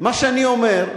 מה שאני אומר,